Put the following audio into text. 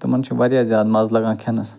تِمن چھِ وارِیاہ زیادٕ مَزٕ لَگان کھٮ۪نس